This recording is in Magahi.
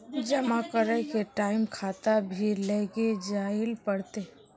जमा करे के टाइम खाता भी लेके जाइल पड़ते?